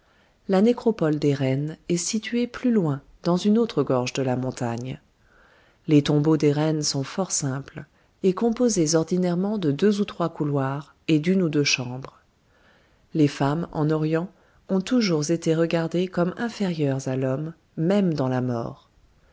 la nécropole des reines est située plus loin dans une autre gorge de la montagne les tombeaux des reines sont fort simples et composés ordinairement de deux ou trois couloirs et d'une ou deux chambres les femmes en orient ont toujours été regardées comme inférieures à l'homme même dans la mort